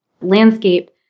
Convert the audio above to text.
landscape